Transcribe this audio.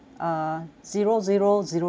zero zero zero zero